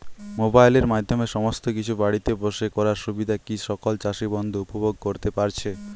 মোবাইলের মাধ্যমে সমস্ত কিছু বাড়িতে বসে করার সুবিধা কি সকল চাষী বন্ধু উপভোগ করতে পারছে?